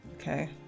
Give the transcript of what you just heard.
Okay